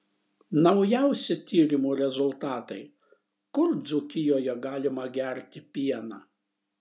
naujausi tyrimų rezultatai kur dzūkijoje galima gerti pieną